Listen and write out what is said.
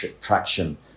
traction